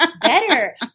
Better